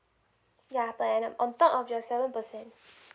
yeah per annum on top of your seven percent